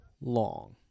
long